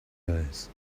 willows